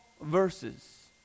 verses